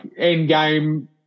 Endgame